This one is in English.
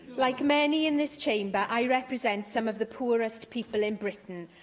like many in this chamber, i represent some of the poorest people in britain,